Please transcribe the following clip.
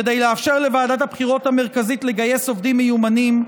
כדי לאפשר לוועדת הבחירות המרכזית לגייס עובדים מיומנים,